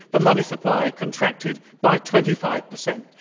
the money supply contracted by twenty five percent.